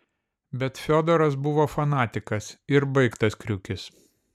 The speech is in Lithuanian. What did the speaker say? bet fiodoras buvo fanatikas ir baigtas kriukis